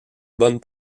bonne